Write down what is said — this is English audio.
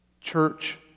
church